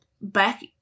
back